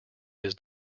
his